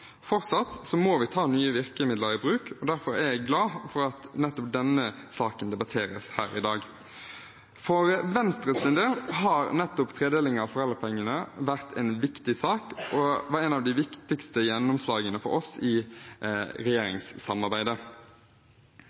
Fortsatt må vi ta nye virkemidler i bruk, og derfor er jeg glad for at nettopp denne saken debatteres her i dag. For Venstres del har nettopp tredeling av foreldrepengene vært en viktig sak, og det var et av de viktigste gjennomslagene for oss i regjeringssamarbeidet.